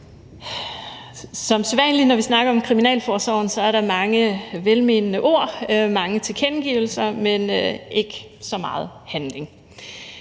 Som sædvanlig når vi snakker om Kriminalforsorgen, er der mange velmente ord, mange tilkendegivelser, men ikke så meget handling.